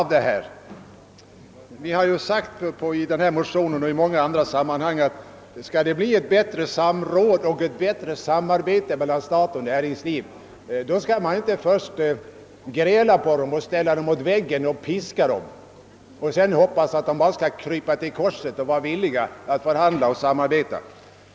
Vi har i motionen och i många andra sammanhang sagt att om man skall kunna få till stånd ett bättre samarbete och samråd mellan stat och näringsliv, skall man inte först gräla på näringslivets män och ställa dem mot väggen och piska dem och sedan hoppas att de skall krypa till korset och vara villiga att förhandla och samarbeta.